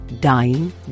dying